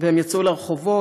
והם יצאו לרחובות,